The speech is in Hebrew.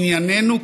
ענייננו,